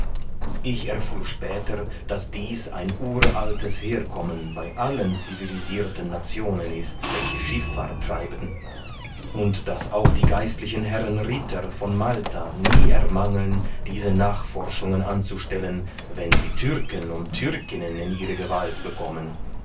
ich erfuhr später daß dies ein uraltes herkommen bei allen civilisirten nationen ist welche schifffahrt treiben und daß auch die geistlichen herren ritter von malta nie ermangeln diese nachforschungen anzustellen wenn sie türken und türkinnen in ihre gewalt bekommen